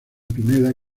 pineda